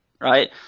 right